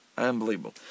Unbelievable